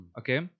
okay